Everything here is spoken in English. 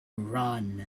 run